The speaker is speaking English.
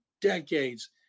decades